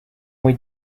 muy